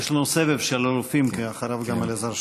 יש לנו סבב של אלופים, כי אחריו גם אלעזר שטרן.